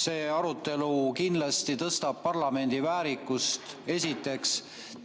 see arutelu kindlasti tõstab parlamendi väärikust.